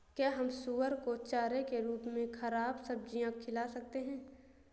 क्या हम सुअर को चारे के रूप में ख़राब सब्जियां खिला सकते हैं?